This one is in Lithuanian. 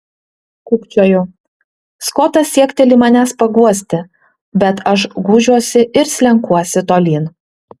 kūkčioju skotas siekteli manęs paguosti bet aš gūžiuosi ir slenkuosi tolyn